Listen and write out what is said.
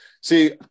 See